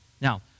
Now